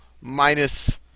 minus